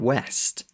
West